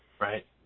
right